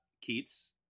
Keats